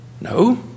No